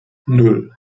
nan